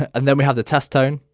and then we have the test tone.